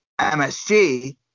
MSG